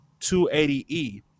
280e